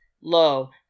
Lo